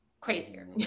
crazier